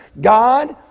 God